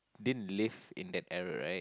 didn't live in that era right